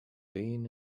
being